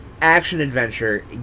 action-adventure